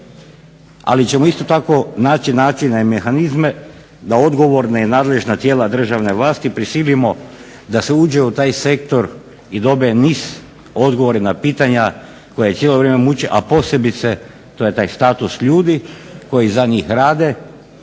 ali ćemo isto tako naći načina i mehanizme da odgovorna i nadležna tijela državne vlasti prisilimo da se uđe u taj sektor i dobije niz odgovora na pitanja koja cijelo vrijeme muče, a posebice to je taj status ljudi koji za njih rade,